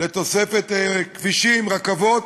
לתוספת כבישים, רכבות,